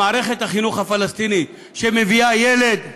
במערכת החינוך הפלסטינית שמביאה ילד,